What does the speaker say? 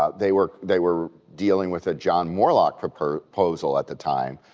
ah they were they were dealing with a john moorlach proposal at the time.